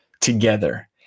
together